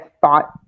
thought